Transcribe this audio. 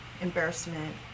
embarrassment